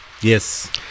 yes